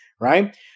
right